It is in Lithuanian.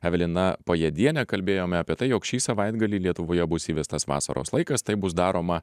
evelina pajėdiene kalbėjome apie tai jog šį savaitgalį lietuvoje bus įvestas vasaros laikas tai bus daroma